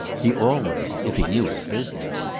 he always, if he knew his business,